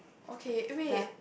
okay eh wait